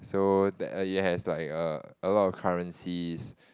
so that it has like a a lot of currencies